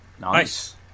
nice